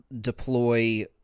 deploy